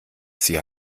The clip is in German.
sie